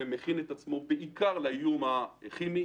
ומכין את עצמו בעיקר לאיום הכימי,